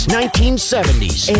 1970s